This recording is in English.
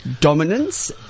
dominance